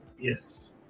Yes